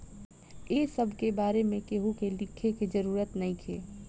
ए सब के बारे में केहू के लिखे के जरूरत नइखे